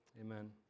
Amen